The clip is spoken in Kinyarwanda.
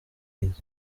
bwiza